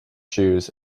shoes